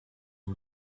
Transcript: who